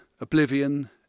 Oblivion